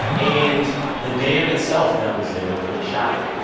and the dam itself that was there was pretty shoddy.